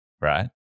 right